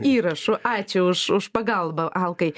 įrašu ačiū už už pagalbą alkai